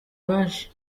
baje